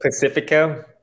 Pacifico